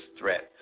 threat